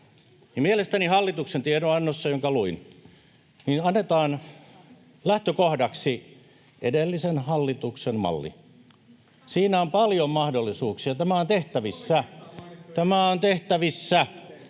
Mielestäni hallituksen tiedonannossa, jonka luin, annetaan lähtökohdaksi edellisen hallituksen malli. Siinä on paljon mahdollisuuksia, tämä on tehtävissä,